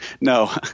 No